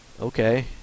Okay